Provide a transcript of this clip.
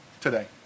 today